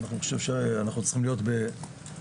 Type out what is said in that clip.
אני חושב שאנחנו צריכים להיות באחוזים